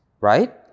right